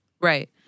Right